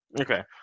Okay